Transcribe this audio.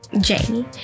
Jamie